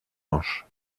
manche